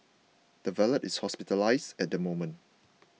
the valet is hospitalised at the moment